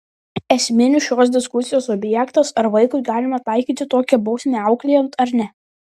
esminis šios diskusijos objektas ar vaikui galima taikyti tokią bausmę auklėjant ar ne